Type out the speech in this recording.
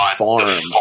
farm